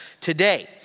today